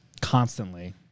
constantly